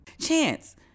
Chance